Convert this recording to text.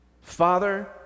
Father